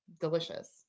delicious